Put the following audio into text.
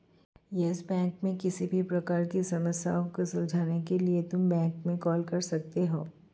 yes Bank में किसी भी प्रकार की समस्या को सुलझाने के लिए तुम बैंक में कॉल कर सकते हो